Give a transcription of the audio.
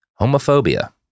homophobia